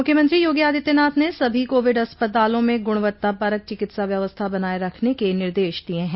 मुख्यमंत्री योगी आदित्यनाथ ने सभी कोविड अस्पतालों में गूणवत्ता परक चिकित्सा व्यवस्था बनाये रखने के निर्देश दिये हैं